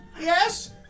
yes